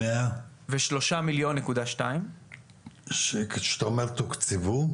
כאשר אתה אומר תוקצבו?